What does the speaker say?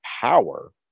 power